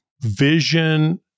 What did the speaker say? vision